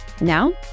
Now